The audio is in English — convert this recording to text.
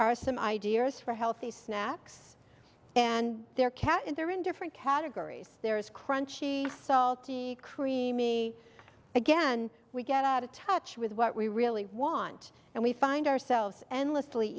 are some ideas for healthy snacks and their cat and they're in different categories there is crunchy salty creamy again we get out of touch with what we really want and we find ourselves and lastly